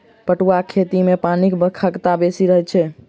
पटुआक खेती मे पानिक खगता बेसी रहैत छै